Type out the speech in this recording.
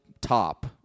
Top